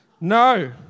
No